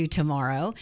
tomorrow